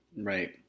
right